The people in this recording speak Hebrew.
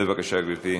בבקשה, גברתי.